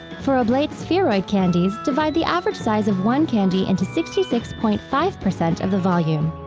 for oblate spheroid candies, divide the average size of one candy into sixty six point five percent of the volume.